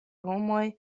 homoj